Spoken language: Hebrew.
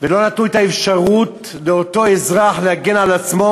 ולא נתנו את האפשרות לאותו אזרח להגן על עצמו,